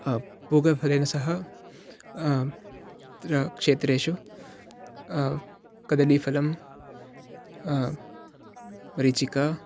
पूगफलेन सह तत्र क्षेत्रेषु कदलीफलं मरीचिका